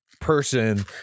person